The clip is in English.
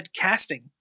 casting